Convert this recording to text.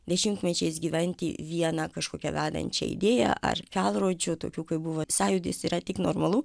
dešimtmečiais gyventi vieną kažkokią vedančią idėją ar kelrodžių tokių kaip buvo sąjūdis yra tik normalu